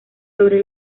sobre